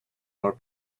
other